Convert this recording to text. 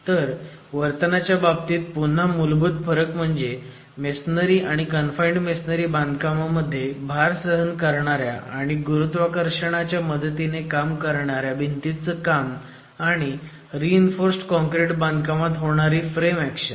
तर वर्तनच्या बाबतीत पुन्हा मूलभूत फरक म्हणजे मेसोनरी आणि कनफाईण्ड मेसोनरी बांधकामामध्ये भार सहन करणार्या आणि गुरुत्वाकर्षणाच्या मदतीने काम करणार्या भिंतींचं काम आणि रि इन्फोर्स्ड कॉनक्रिट बांधकामात होणारी फ्रेम अॅक्शन